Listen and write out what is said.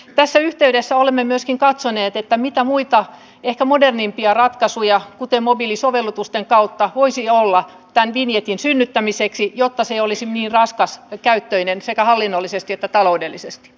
tässä yhteydessä olemme myöskin katsoneet mitä muita ehkä modernimpia ratkaisuja kuten mobiilisovellutusten kautta voisi olla vinjetin synnyttämiseksi jotta se ei olisi niin raskaskäyttöinen sekä hallinnollisesti että taloudellisesti